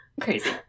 Crazy